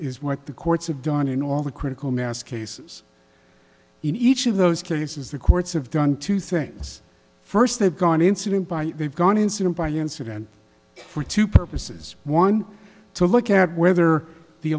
is what the courts have done in all the critical mass cases in each of those cases the courts have done two things first they've gone incident by they've gone incident by incident for two purposes one to look at whether the